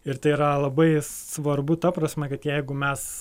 ir tai yra labai svarbu ta prasme kad jeigu mes